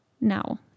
Now